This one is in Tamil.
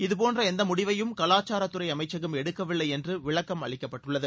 இதுபோன்ற எந்த முடிவையும் கலாச்சாரத் துறை அமைச்சகம் எடுக்கவில்லை என்று விளக்கம் அளிக்கப்பட்டுள்ளது